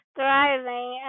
thriving